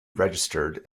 registered